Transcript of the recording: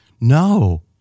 No